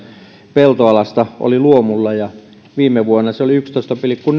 peltoalasta oli luomulla ja viime vuonna se oli yhdeksitoista pilkku